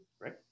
right